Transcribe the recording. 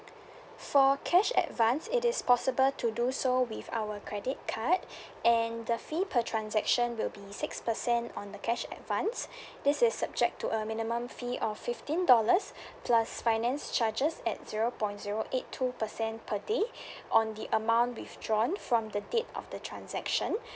for cash advance it is possible to do so with our credit card and the fee per transaction will be six percent on the cash advance this is subject to a minimum fee of fifteen dollars plus finance charges at zero point zero eight two percent per day on the amount withdrawn from the date of the transaction